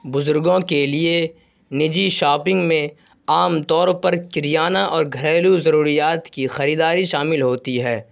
بزرگوں کے لیے نجی شاپنگ میں عام طور پر کریانہ اور گھریلو ضروریات کی خریداری شامل ہوتی ہے